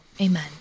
Amen